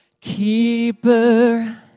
keeper